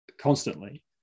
constantly